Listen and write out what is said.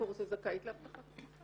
הקורס היא זכאית להבטחת הכנסה.